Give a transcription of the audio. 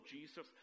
Jesus